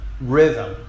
rhythm